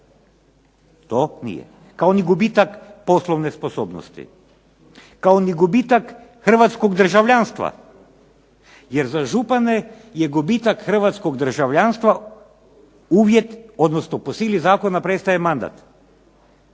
To nije. Kao ni gubitak poslovne sposobnosti. Kao ni gubitak hrvatskog državljanstva, jer za župane je gubitak hrvatskog državljanstva uvjet, odnosno po sili zakona prestaje mandat,